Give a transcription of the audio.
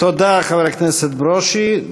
תודה, חבר הכנסת ברושי.